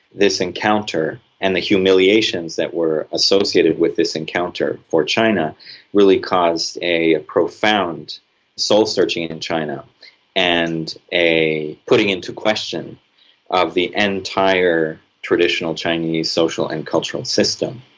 this encounter and the humiliations that were associated with this encounter for china really caused a a profound soul searching in and and china and a putting into question of the entire traditional chinese social and cultural system.